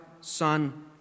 Son